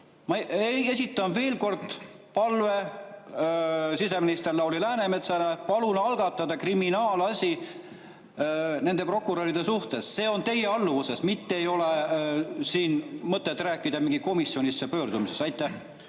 Ma esitan veel kord palve siseminister Lauri Läänemetsale: palun algatada kriminaalasi nende prokuröride suhtes. See kuulub teie alluvusse. Ei ole mõtet rääkida mingisse komisjonisse pöördumisest. Aitäh,